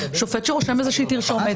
רושם שרושם תרשומת,